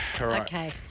Okay